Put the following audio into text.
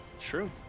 True